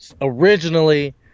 originally